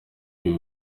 ibi